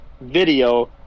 video